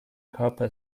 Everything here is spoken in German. körper